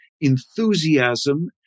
enthusiasm